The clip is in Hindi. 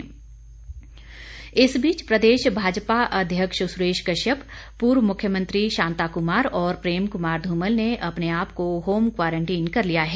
क्वारंटीन इस बीच प्रदेश भाजपा अध्यक्ष सुरेश कश्यप पूर्व मुख्यमंत्री शांता कुमार और प्रेम कुमार धूमल ने अपने आप को होम क्वारंटीन कर लिया है